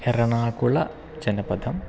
Ernakulam जनपदम्